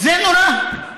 זה נורא.